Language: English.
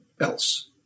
else